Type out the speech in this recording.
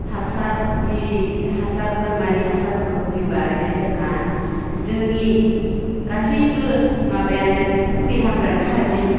हासार बे हासार बोरमानि हासारफोरखौ होयोबा आरो जोंहा जोंनि गासैबो माबायानो देहाफ्रानो थाजिम